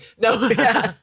No